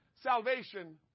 Salvation